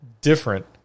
different